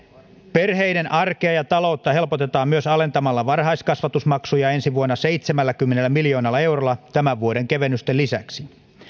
perheiden arkea ja taloutta helpotetaan myös alentamalla varhaiskasvatusmaksuja ensi vuonna seitsemälläkymmenellä miljoonalla eurolla tämän vuoden kevennysten lisäksi